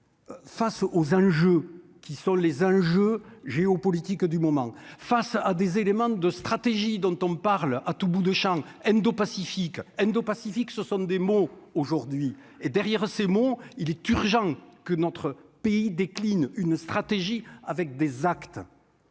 Face aux enjeux qui sont les enjeux géopolitiques du moment face à des éléments de stratégie dont on parle à tout bout de Champ Endo pacifique indopacifique ce sont des mots aujourd'hui et derrière ces mots, il est urgent que notre pays décline une stratégie avec des actes